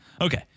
Okay